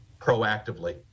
proactively